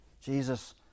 Jesus